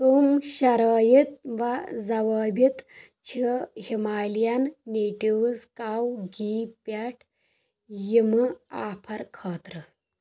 کٕم شرٲیِط و ضوٲبِط چھِ ہمالین نیٹوِز کَو گی پٮ۪ٹھ یِمہٕ آفر خٲطرٕ